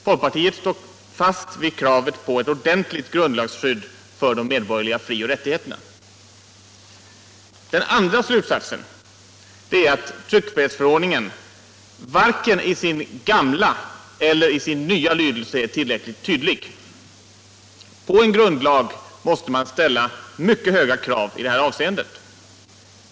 Folkpartiet står fast vid kravet på ett ordentligt grundlagsskydd för de medborgerliga frioch rättigheterna. Den andra slutsatsen är att tryckfrihetsförordningen varken i sin gamla oller i sin nya lydelse är tillräckligt tydlig. På en grundlag måste man kunna ställa mycket höga krav i det här avseendet.